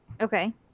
Okay